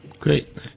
Great